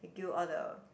and give you all the